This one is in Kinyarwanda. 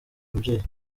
ababyeyi